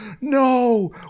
No